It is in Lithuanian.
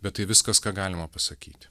bet tai viskas ką galima pasakyti